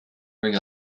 bring